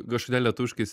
kažkodėl lietuviškai jis